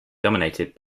dominated